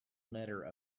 letter